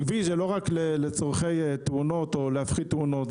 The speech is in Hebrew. כביש זה לא רק לצרכי תאונות או להפחית תאונות,